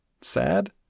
sad